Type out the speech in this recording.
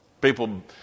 People